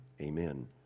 amen